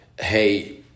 hey